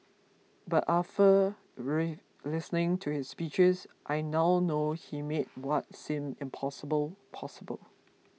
but listening to his speeches I now know he made what seemed impossible possible